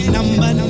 Number